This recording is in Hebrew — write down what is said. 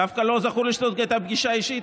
דווקא לא זכור לי שזאת הייתה פגישה אישית,